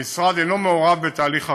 המשרד אינו מעורב בתהליך הרכש.